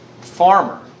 farmer